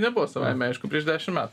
nebuvo savaime aišku prieš dešim metų